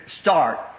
start